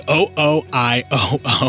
O-O-I-O-O